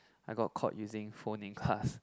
I got caught using phone in class